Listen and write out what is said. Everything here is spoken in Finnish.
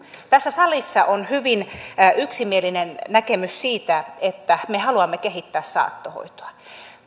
tässä salissa on hyvin yksimielinen näkemys siitä että me haluamme kehittää saattohoitoa